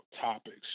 topics